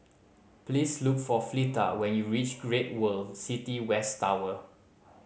please look for Fleeta when you reach Great World City West Tower